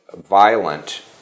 violent